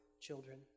children